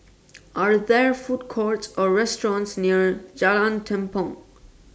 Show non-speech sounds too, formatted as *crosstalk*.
*noise* Are There Food Courts Or restaurants near Jalan Tepong